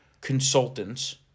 consultants